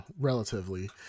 relatively